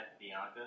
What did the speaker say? Bianca